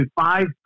five